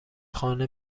خانه